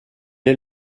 est